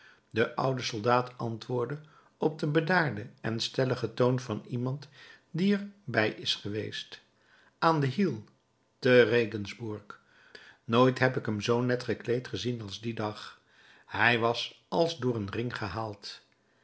de oude soldaat antwoordde op den bedaarden en stelligen toon van iemand die er bij is geweest aan den hiel te regensburg nooit heb ik hem zoo net gekleed gezien als dien dag hij was als door een ring gehaald